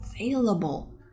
available